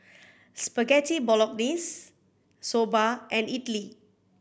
Spaghetti Bolognese Soba and Idili